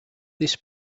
this